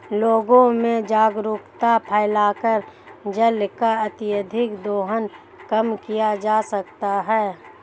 लोगों में जागरूकता फैलाकर जल का अत्यधिक दोहन कम किया जा सकता है